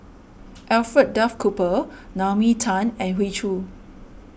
Alfred Duff Cooper Naomi Tan and Hoey Choo